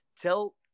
tell